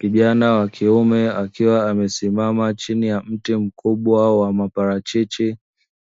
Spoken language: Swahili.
Kijana wa kiume akiwa amesimama chini ya mti mkubwa wa maparachichi.